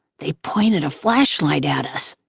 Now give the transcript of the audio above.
they pointed a flashlight at us.